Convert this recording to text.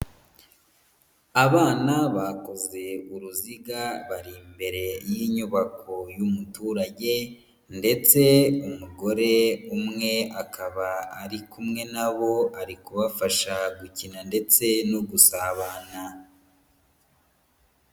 Abana bakoze uruziga bari imbere y'inyubako y'umuturage ndetse umugore umwe akaba ari kumwe nabo, ari kubafasha gukina ndetse no gusabana.